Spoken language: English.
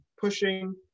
pushing